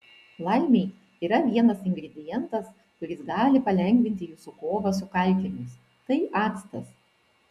laimei yra vienas ingredientas kuris gali palengvinti jūsų kovą su kalkėmis tai actas